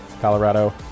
Colorado